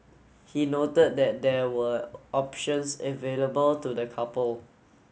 he noted that there were options available to the couple